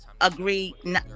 agree